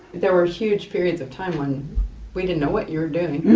there were huge periods of time when we didn't know what you were doing.